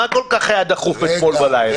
מה כל כך היה דחוף אתמול בלילה?